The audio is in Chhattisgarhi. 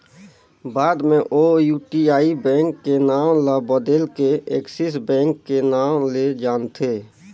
बाद मे ओ यूटीआई बेंक के नांव ल बदेल के एक्सिस बेंक के नांव ले जानथें